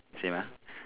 same ah